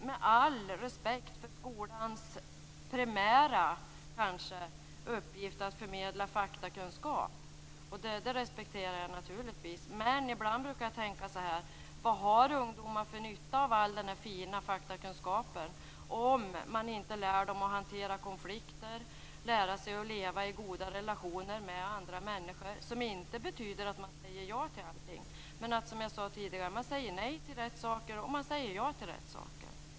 Med all respekt för skolans primära uppgift att förmedla faktakunskap, men vad har ungdomar för nytta av all den fina faktakunskapen om de inte får lära sig att hantera konflikter, att leva i goda relationer med andra människor - som inte betyder att säga ja till allting, men att säga nej till rätt saker och ja till rätt saker?